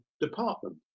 department